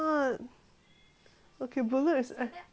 okay ballut is